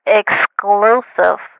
exclusive